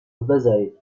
بذارید